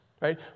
right